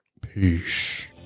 Peace